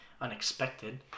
unexpected